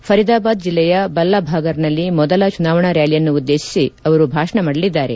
ಫರಿದಾಬಾದ್ ಜಿಲ್ಲೆಯ ಬಲ್ಲಾಭಾಗರ್ನಲ್ಲಿ ಮೊದಲ ಚುನಾವಣಾ ರ್ನಾಲಿಯನ್ನುದ್ದೇತಿಸಿ ಭಾಷಣ ಮಾಡಲಿದ್ದಾರೆ